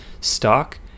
stock